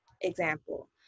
example